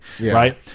right